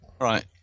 right